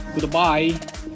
Goodbye